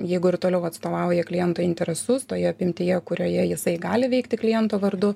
jeigu ir toliau atstovauja kliento interesus toje apimtyje kurioje jisai gali veikti kliento vardu